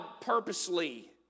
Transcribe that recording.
purposely